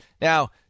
Now